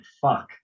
fuck